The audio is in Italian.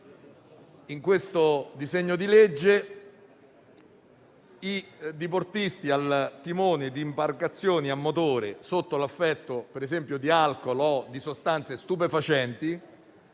di legge al nostro esame i diportisti al timone di imbarcazioni a motore sotto l'effetto, per esempio, di alcol o di sostanze stupefacenti,